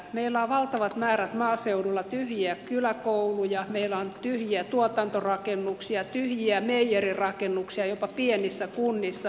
meillä on maaseudulla valtavat määrät tyhjiä kyläkouluja meillä on tyhjiä tuotantorakennuksia tyhjiä meijerirakennuksia jopa pienissä kunnissa